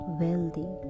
wealthy